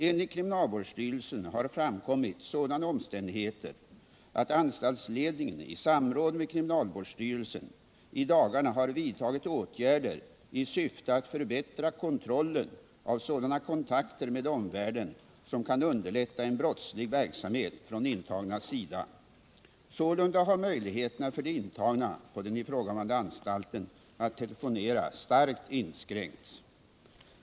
Enligt kriminalvårdsstyrelsen har framkommit sådana omständigheter att anstaltsledningen i samråd med kriminalvårdsstyrelsen i dagarna har vidtagit åtgärder i syfte att förbättra kontrollen av sådana kontakter med omvärlden som kan underlätta en brottslig verksamhet från intagnas sida. Sålunda har möjligheterna för de intagna på den ifrågavarande anstalten att telefonera starkt inskränkts.